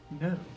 No